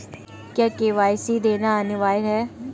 क्या के.वाई.सी देना अनिवार्य है?